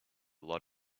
lot